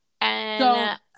and-